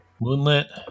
Moonlit